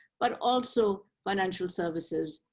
but also financial services,